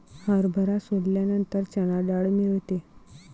हरभरा सोलल्यानंतर चणा डाळ मिळते